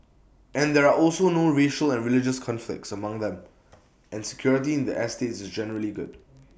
and there are also no racial and religious conflicts among them and security in the estates is generally good